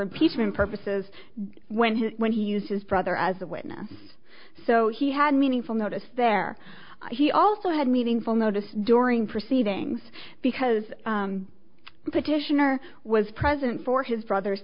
impeachment purposes when when he used his brother as a witness so he had meaningful notice there he also had meaningful notice during proceedings because the petitioner was present for his brother's